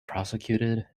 prosecuted